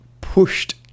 pushed